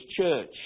church